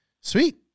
Sweet